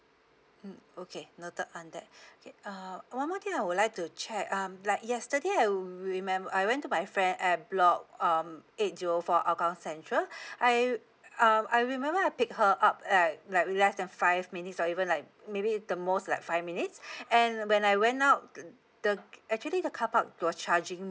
mm okay noted on that okay uh one more thing I would like to check um like yesterday I remem~ I went to my friend at block um eight zero four hougang central I um I remember I pick her up at like less than five minutes or even like maybe the most like five minutes and when I went out the actually the carpark were charging